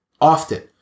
often